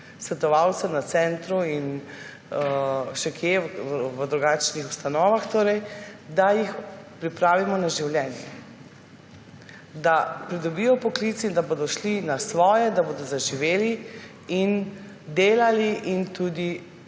svetovalcev na centru in še kje, v drugačnih ustanovah torej, da jih pripravimo na življenje, da pridobijo poklic in da bodo šli na svoje, da bodo zaživeli in delali in tudi